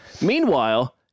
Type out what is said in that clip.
Meanwhile